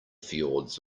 fjords